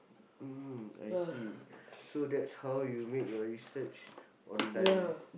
mm I see so that's how you make your research online